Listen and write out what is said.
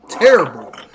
terrible